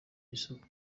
isoko